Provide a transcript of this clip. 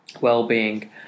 well-being